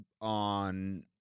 on